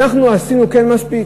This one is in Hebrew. אנחנו כן עשינו מספיק?